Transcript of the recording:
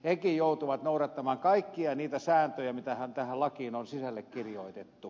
hekin joutuvat noudattamaan kaikkia niitä sääntöjä mitä tähän lakiin on sisälle kirjoitettu